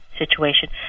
Situation